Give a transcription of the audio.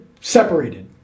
separated